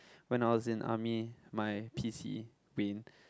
when I was in army my p_c win